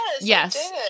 Yes